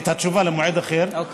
את התשובה למועד אחר, אוקיי.